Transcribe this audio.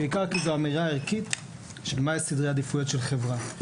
בעיקר כי זו אמירה ערכית של מה סדרי העדיפויות של חברה.